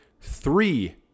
three